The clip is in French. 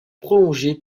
prolongée